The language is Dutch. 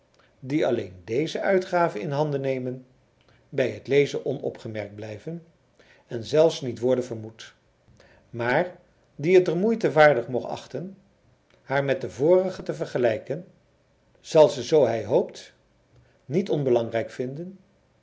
die alleen deze uitgave in handen nemen bij het lezen onopgemerkt blijven en zelfs niet worden vermoed maar die het der moeite waardig mocht achten haar met de vorige te vergelijken zal ze zoo hij hoopt niet onbelangrijk vinden